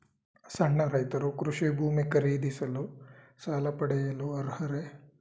ಸಣ್ಣ ರೈತರು ಕೃಷಿ ಭೂಮಿ ಖರೀದಿಸಲು ಸಾಲ ಪಡೆಯಲು ಅರ್ಹರೇ?